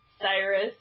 Cyrus